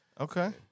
Okay